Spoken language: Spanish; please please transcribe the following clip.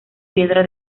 piedra